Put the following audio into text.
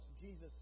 Jesus